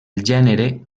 gènere